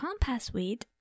compassweed